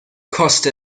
koste